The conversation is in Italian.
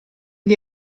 gli